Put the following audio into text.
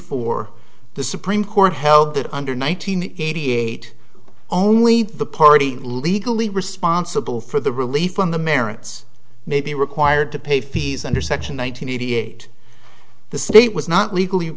four the supreme court held that under nine hundred eighty eight only the party legally responsible for the relief on the merits may be required to pay fees under section nine hundred eighty eight the state was not legally